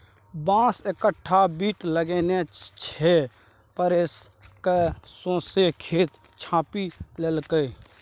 बांस एकटा बीट लगेने छै पसैर कए सौंसे खेत छापि लेलकै